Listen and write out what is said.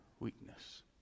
Weakness